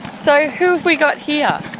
so who have we got here?